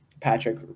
Patrick